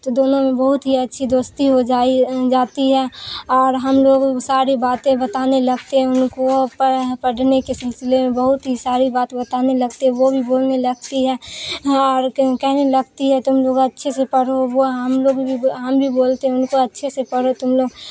تو دونوں میں بہت ہی اچھی دوستی ہو جائی جاتی ہے اور ہم لوگ ساری باتیں بتانے لگتے ہیں ان کو پڑھنے کے سلسلے میں بہت ہی ساری بات بتانے لگتے ہے وہ بھی بولنے لگتی ہے اور کہنے لگتی ہے تم لوگ اچھے سے پڑھو وہ ہم لوگ بھی ہم بھی بولتے ہیں ان کو اچھے سے پڑھو تم لوگ